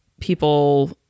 people